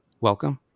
welcome